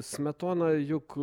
smetona juk